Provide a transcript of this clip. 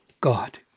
God